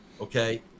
Okay